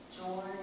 George